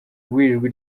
w’ijwi